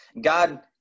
God